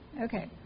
Okay